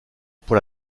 pour